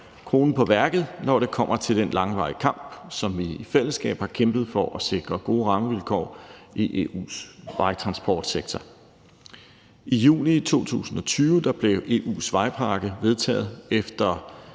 kronen på værket, når det kommer til den langvarige kamp, som vi i fællesskab har kæmpet, for at sikre gode rammevilkår i EU's vejtransportsektor. I juni 2020 blev EU's vejpakke vedtaget efter